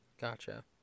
Gotcha